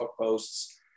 posts